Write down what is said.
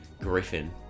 Griffin